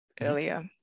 earlier